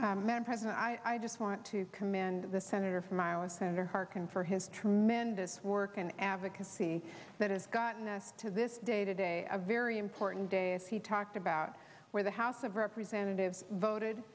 madam president i just want to commend the senator from iowa senator harkin for his tremendous work an advocacy that has gotten us to this day today a very important day as he talked about where the house of representatives voted